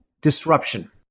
disruption